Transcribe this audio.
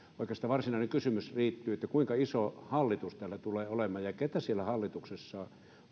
oikeastaan varsinainen kysymys liittyy siihen että kuinka iso hallitus tällä tulee olemaan ja keitä siellä hallituksessa